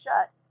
shut